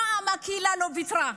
הפעם הקהילה לא ויתרה.